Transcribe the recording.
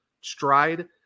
stride